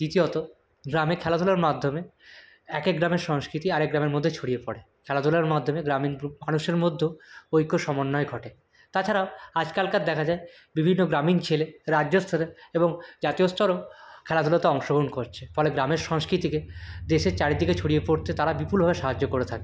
দ্বিতীয়ত গ্রামে খেলাধুলার মাধ্যমে এক এক গ্রামের সংস্কৃতি আরেক গ্রামের মধ্যে ছড়িয়ে পড়ে খেলাধুলার মাধ্যমে গ্রামীণ মানুষের মধ্যেও ঐক্য সমন্বয় ঘটে তাছাড়াও আজকালকার দেখা যায় বিভিন্ন গ্রামীণ ছেলে রাজ্য স্তরে এবং জাতীয় স্তরেও খেলাধুলোতে অংশগ্রহণ করছে ফলে গ্রামের সংস্কৃতিকে দেশের চারিদিকে ছড়িয়ে পড়তে তারা বিপুলভাবে সাহায্য করে থাকে